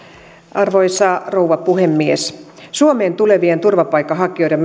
arvoisa rouva puhemies suomeen tulevien turvapaikanhakijoiden